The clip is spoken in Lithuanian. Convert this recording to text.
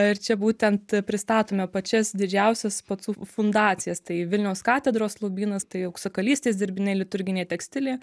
ir čia būtent pristatome pačias didžiausias pacų fundacijas tai vilniaus katedros lobynas tai auksakalystės dirbiniai liturginė tekstilė